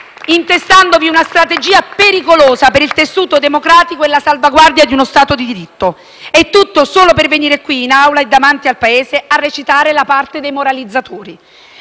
intestandovi una strategia pericolosa per il tessuto democratico e la salvaguardia di uno stato di diritto, e tutto solo per venire qui in Aula e davanti al Paese a recitare la parte dei moralizzatori.